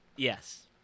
Yes